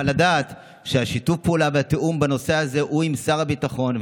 אבל לדעת ששיתוף הפעולה והתיאום בנושא הזה הם עם שר הביטחון.